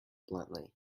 bluntly